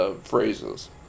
phrases